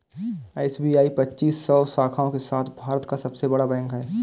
SBI पच्चीस सौ शाखाओं के साथ भारत का सबसे बड़ा बैंक है